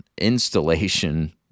installation